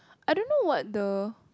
I don't know what the